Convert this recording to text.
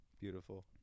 Beautiful